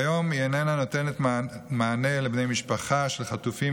כיום היא איננה נותנת מענה לבני משפחה של חטופים